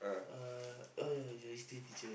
uh oh ya is the history teacher